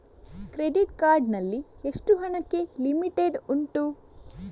Credit card ನಲ್ಲಿ ಎಷ್ಟು ಹಣಕ್ಕೆ ಲಿಮಿಟ್ ಉಂಟು?